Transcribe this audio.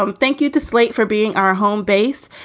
um thank you to slate for being our home base.